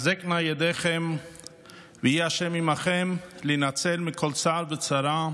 תחזקנה ידיכם ויהי ה' עימכם להינצל מכל צער וצרה.